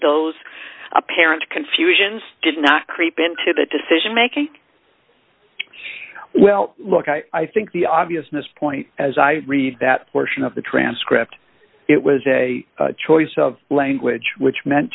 those apparent confusions did not creep into the decision making well look i i think the obviousness point as i read that portion of the transcript it was a choice of language which meant